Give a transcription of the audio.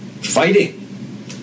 fighting